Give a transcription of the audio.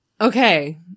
Okay